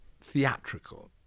theatrical